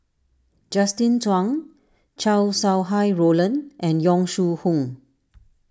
Justin Zhuang Chow Sau Hai Roland and Yong Shu Hoong